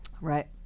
right